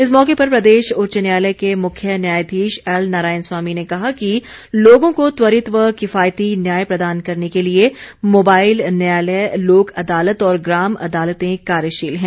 इस मौके पर प्रदेश उच्च न्यायालय के मुख्य न्यायाधीश एल नारायण स्वामी ने कहा कि लोगों को त्वरित व किफायती न्याय प्रदान करने के लिए मोबाईल न्यायालय लोक अदालत और ग्राम अदालतें कार्यशील हैं